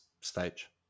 stage